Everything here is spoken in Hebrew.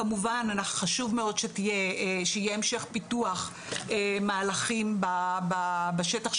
כמובן חשוב מאוד שיהיה המשך פיתוח מהלכים בשטח,